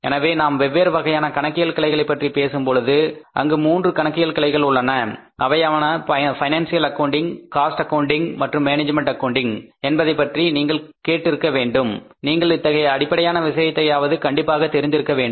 எனவே நாம் வெவ்வேறு வகையான கணக்கியல் கிளைகளை பற்றி பேசும் பொழுது அங்கு மூன்று கணக்கியல் கிளைகள் உள்ளன அவையாவன பைனான்சியல் அக்கவுண்டிங் காஸ்ட் அக்கவுன்டிங் மற்றும் மேனேஜ்மெண்ட் அக்கவுண்டிங் என்பதைப்பற்றி நீங்கள் கேட்டிருக்க வேண்டும் நீங்கள் இத்தகைய அடிப்படையான விஷயத்தையாவது கண்டிப்பாக தெரிந்திருக்க வேண்டும்